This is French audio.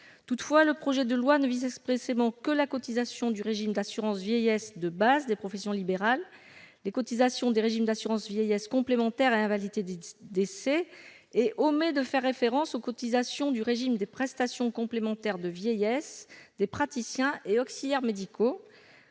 Toutefois, le projet de loi ne vise expressément que les cotisations du régime d'assurance vieillesse de base des professions libérales, les cotisations des régimes d'assurance vieillesse complémentaire et invalidité-décès, omettant de faire référence aux cotisations du régime des prestations complémentaires de vieillesse des praticiens et auxiliaires médicaux